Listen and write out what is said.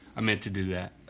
i meant to do that.